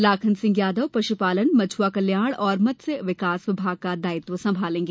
लाखन सिंह यादव पश्पालन मछुआ कल्याण तथा मत्स्य विकास विभाग का दायित्व सम्भालेंगे